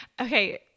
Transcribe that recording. Okay